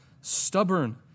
stubborn